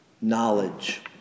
knowledge